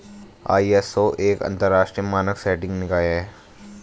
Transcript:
ISO एक अंतरराष्ट्रीय मानक सेटिंग निकाय है